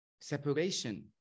separation